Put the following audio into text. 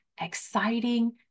exciting